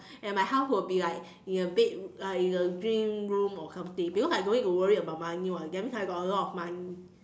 and my house will be like in a big uh in a green room or something because I don't need to worry about money [what] that means I got a lot of money